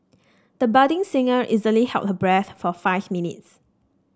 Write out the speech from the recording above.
the budding singer easily held her breath for five minutes